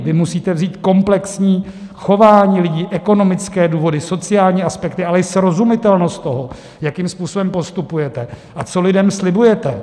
Vy musíte vzít komplexní chování lidí, ekonomické důvody, sociální aspekty, ale i srozumitelnost toho, jakým způsobem postupujete a co lidem slibujete.